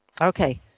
Okay